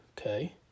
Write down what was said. okay